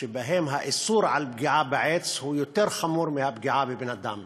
שבהם האיסור על פגיעה בעץ הוא יותר חמור מאיסור הפגיעה בבן-אדם,